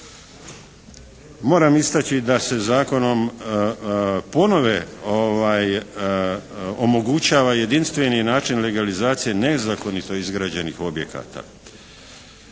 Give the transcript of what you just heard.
Moram istaći da se Zakonom ponove omogućava jedinstveni način legalizacije nezakonito izgrađenih objekata